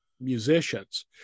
musicians